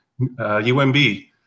UMB